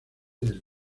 del